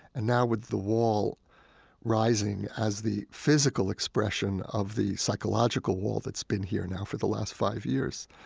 and now with the wall rising as the physical expression of the psychological wall that's been here now for the last five years,